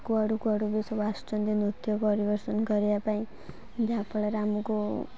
କୁଆଡ଼ୁ କୁଆଡ଼ୁ ବି ସବୁ ଆସୁଛନ୍ତି ନୃତ୍ୟ ପରିବେଷଣ କରିବା ପାଇଁ ଯାହା ଫଳରେ ଆମକୁ